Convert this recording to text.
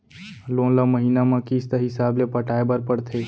loan ल महिना म किस्त हिसाब ले पटाए बर परथे